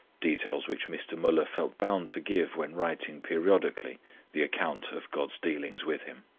details which mr. muller felt bound to give when writing periodically the account of god's dealings with him.